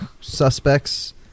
suspects